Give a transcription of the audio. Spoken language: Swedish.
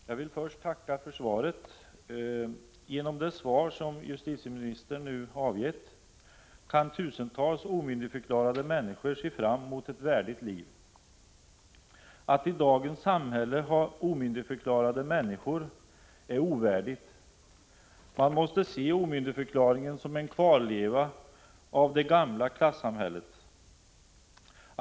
Herr talman! Jag vill först tacka för svaret. Genom det svar som justitieministern nu avgett kan tusentals omyndigförklarade människor se fram mot ett värdigt liv. Att i dagens samhälle ha omyndigförklarade människor är ovärdigt. Man måste se omyndigförklaringen som en kvarleva av det gamla klassamhället.